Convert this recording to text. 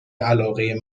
علاقه